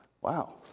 wow